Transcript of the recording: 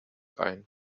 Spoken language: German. ein